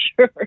sure